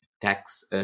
tax